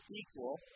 equal